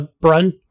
Brun